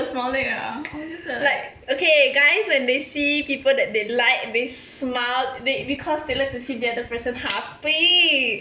like okay guys when they see people that they like they smiled they because they like to see the the other person happy now